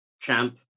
champ